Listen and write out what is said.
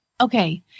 okay